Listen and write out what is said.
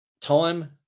Time